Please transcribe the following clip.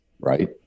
right